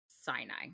Sinai